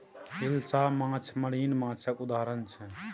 हिलसा माछ मरीन माछक उदाहरण छै